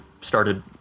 started